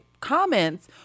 comments